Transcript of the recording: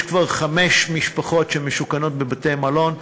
יש כבר חמש משפחות שמשוכנות בבתי-מלון,